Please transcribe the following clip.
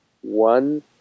one